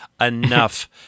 enough